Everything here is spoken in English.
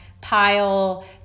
pile